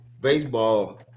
baseball